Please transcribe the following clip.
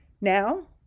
Now